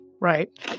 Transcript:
right